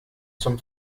zum